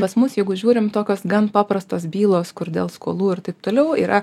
pas mus jeigu žiūrim tokios gan paprastos bylos kur dėl skolų ir taip toliau yra